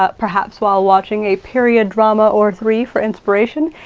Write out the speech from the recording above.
ah perhaps while watching a period drama or three for inspiration,